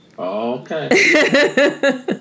Okay